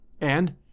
and